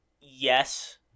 yes